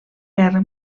guerra